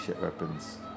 weapons